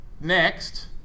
next